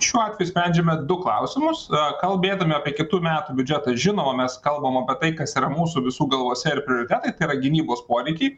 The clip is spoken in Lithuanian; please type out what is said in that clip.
šiuo atveju sprendžiame du klausimus a kalbėdami apie kitų metų biudžetą žinoma mes kalbame apie tai kas yra mūsų visų galvose ir prioritetai tai yra gynybos poreikiai